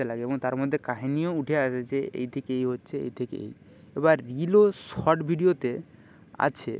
সাড়ে পাঁচটা অবধি আমি রাস্তায় দৌড়ই কারণ রাস্তায় অনেক যানবাহন চলাচল হয় সেই কারণে